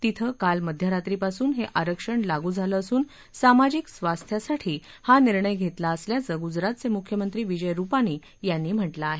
तिथं काल मध्यरात्रीपासून हे आरक्षण लागू झालं असून सामाजिक स्वास्थ्यासाठी हा निर्णय घेतला असल्याचं गुजरातचे मुख्यमंत्री विजय रुपानी यांनी म्हटलं आहे